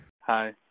hi